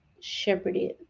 shepherded